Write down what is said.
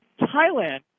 Thailand